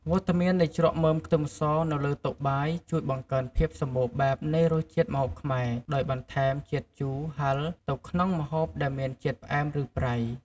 វត្តមាននៃជ្រក់មើមខ្ទឹមសនៅលើតុបាយ ជួយបង្កើនភាពសម្បូរបែបនៃរសជាតិម្ហូបខ្មែរ ដោយបន្ថែមជាតិជូរហឹរ ទៅក្នុងម្ហូបដែលមានជាតិផ្អែម ឬប្រៃ។